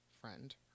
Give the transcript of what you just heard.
friend